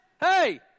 hey